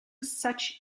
such